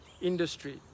industry